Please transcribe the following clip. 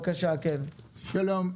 שלום.